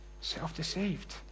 Self-deceived